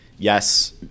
Yes